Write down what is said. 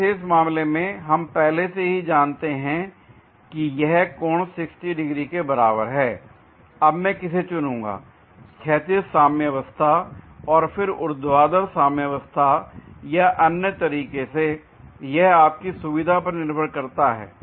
इस विशेष मामले में हम पहले से ही जानते हैं कि यह कोण 60° के बराबर है l अब मैं किसे चुनूंगा क्षैतिज साम्यवस्था और फिर ऊर्ध्वाधर साम्यवस्था या अन्य तरीके से यह आपकी सुविधा पर निर्भर करता है